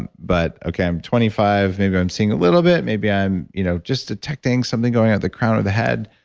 and but okay, i'm twenty five. maybe i'm seeing a little bit, maybe i'm you know just detecting something going on at the crown of the head.